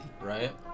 right